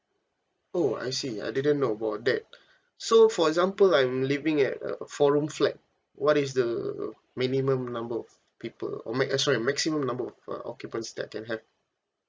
oh I see I didn't know about that so for example I'm living at a four room flat what is the minimum number of people or ma~ uh sorry maximum number of uh occupants that I can have